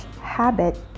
habit